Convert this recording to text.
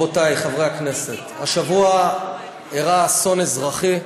רבותי חברי הכנסת, השבוע אירע אסון אזרחי: